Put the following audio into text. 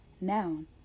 noun